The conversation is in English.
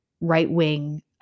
right-wing